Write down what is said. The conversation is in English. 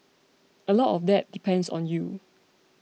a lot of that depends on you